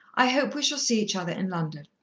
i hope we shall see each other in london.